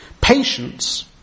Patience